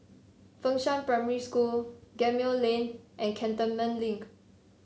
Fengshan Primary School Gemmill Lane and Cantonment Link